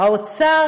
האוצר